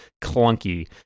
clunky